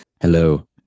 hello